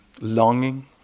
Longing